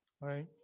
Right